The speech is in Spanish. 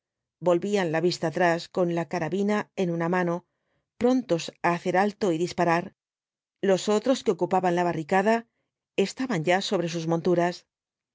volvían la vista atrás con la carabina en una mano prontos á hacer alto y disparar los otros que ocupaban la barricada estaban ya sobre sus monturas